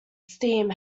steam